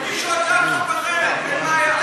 תגישו הצעת חוק אחרת, אין בעיה,